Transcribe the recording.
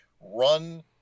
run